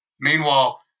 Meanwhile